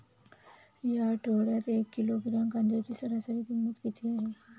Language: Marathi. या आठवड्यात एक किलोग्रॅम कांद्याची सरासरी किंमत किती आहे?